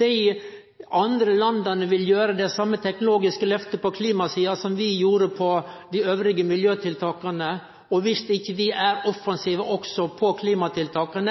Dei andre landa vil gjere det same teknologiske lyftet på klimasida som vi gjorde på andre miljøtiltak, og dersom vi ikkje er offensive også på klimatiltaka,